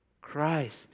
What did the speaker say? Christ